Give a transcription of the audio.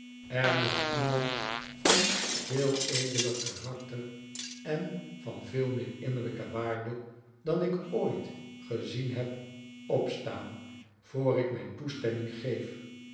er moet iemand van veel edeler karakter en van veel meer innerlijke waarde dan ik vertrouwelijkheid met agnes nog ooit gezien heb opstaan voor i k mijri toestemming geef